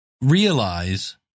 realize